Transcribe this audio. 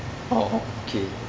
oh okay